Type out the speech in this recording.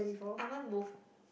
I want both